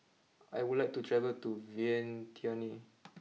I would like to travel to Vientiane